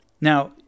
Now